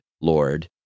Lord